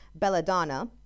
Belladonna